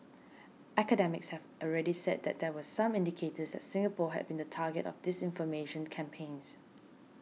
academics have already said that there were some indicators that Singapore has been the target of disinformation campaigns